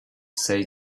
say